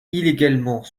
illégalement